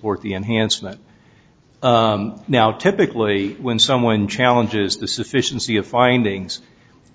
for the enhancement now typically when someone challenges the sufficiency of findings